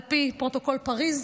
על פי פרוטוקול פריז.